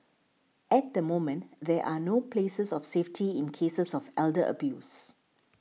at the moment there are no places of safety in cases of elder abuse